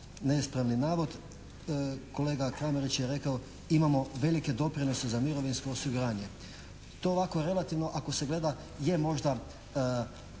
neispravni navod. Kolega Kramarić je rekao imamo velike doprinose za mirovinsko osiguranje. To ovako relativno ako se gleda je možda